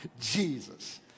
Jesus